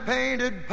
painted